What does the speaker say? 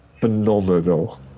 phenomenal